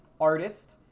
artist